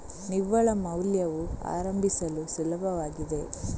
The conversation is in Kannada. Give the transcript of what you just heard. ನಿವ್ವಳ ಮೌಲ್ಯವು ಪ್ರಾರಂಭಿಸಲು ಸುಲಭವಾಗಿದೆ